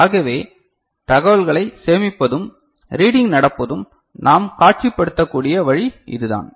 ஆகவே தகவல்களைச் சேமிப்பதும் ரீடிங் நடப்பதும் நாம் காட்சிப்படுத்தக்கூடிய வழி இதுதான்